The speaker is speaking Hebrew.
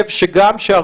שישה פקחים ---.